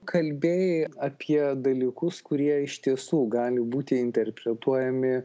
kalbėjai apie dalykus kurie iš tiesų gali būti interpretuojami